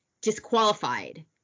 disqualified